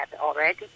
already